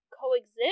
coexist